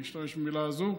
אני אשתמש במילה הזאת,